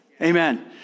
Amen